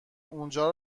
اونجا